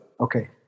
Okay